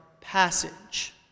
passage